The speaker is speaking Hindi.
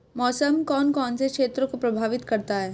मौसम कौन कौन से क्षेत्रों को प्रभावित करता है?